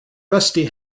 rusty